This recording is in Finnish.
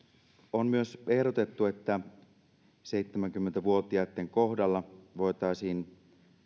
on ehdotettu myös että seitsemänkymmentä vuotiaitten kohdalla voitaisiin